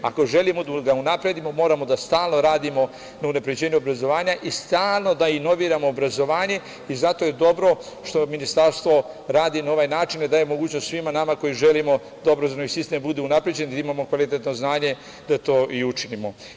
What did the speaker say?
Ako želimo da ga unapredimo, moramo da stalno radimo na unapređenju obrazovanja i stalno da inoviramo obrazovanje i zato je dobro što Ministarstvo radi na ovaj način, daje mogućnost svima nama koji želimo dobro da obrazovni sistem bude unapređen, da imamo kvalitetno znanje da to i učinimo.